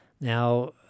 Now